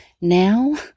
Now